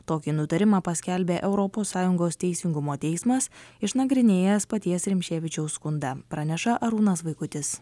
tokį nutarimą paskelbė europos sąjungos teisingumo teismas išnagrinėjęs paties rimšėvičiaus skundą praneša arūnas vaikutis